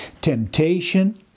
Temptation